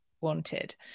wanted